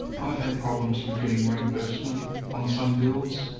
i've had problems with getting reimbursement on some bills,